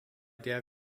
der